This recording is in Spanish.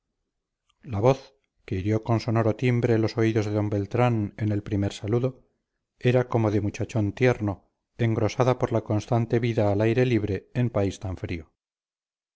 la voz que hirió con sonoro timbre los oídos de don beltrán en el primer saludo era como de muchachón tierno engrosada por la constante vida al aire libre en país tan frío